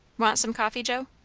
want some coffee, joe?